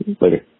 later